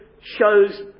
shows